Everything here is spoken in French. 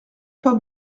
pas